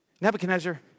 Nebuchadnezzar